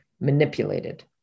manipulated